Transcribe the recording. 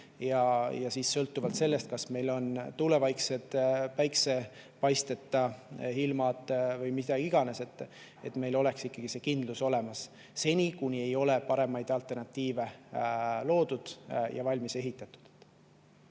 et sõltuvalt sellest, kas meil on tuulevaiksed, päikesepaisteta ilmad või mida iganes, oleks meil ikkagi kindlus olemas seni, kuni ei ole paremaid alternatiive loodud ja valmis ehitatud.